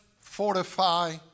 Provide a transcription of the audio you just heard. fortify